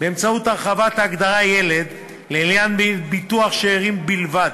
באמצעות הרחבת ההגדרה "ילד" לעניין ביטוח שאירים בלבד,